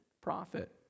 profit